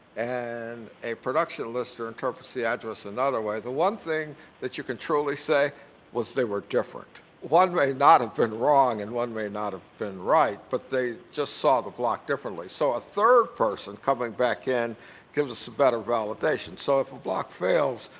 and a production lister interprets the address another way. the one thing that you can truly say was they were different. one may not have been wrong and one may not have been right, but they just saw the block differently. so a third person coming back in gives us a better validation. so if a block fails,